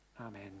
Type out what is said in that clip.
amen